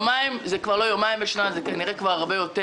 זה כבר לא יומיים בשנה זה כנראה כבר הרבה יותר